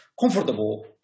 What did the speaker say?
comfortable